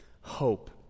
hope